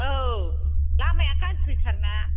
औ लामाया गाज्रिथार ना